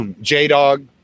J-Dog